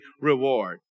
reward